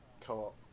co-op